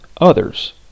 others